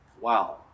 Wow